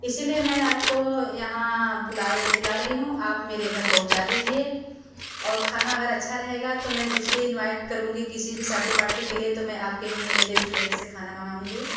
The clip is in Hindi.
इसलिए मैं आपको यहाँ बुलाए बुला रही हूँ आप मेरे घर पहुँचा दीजिए और खाना अगर अच्छा रहेगा तो मैं दूसरी इनवाईट करूँगी किसी भी शादी पार्टी के लिए तो मैं आपके ही रेश्टोरेंट से खाना मंगाऊँगी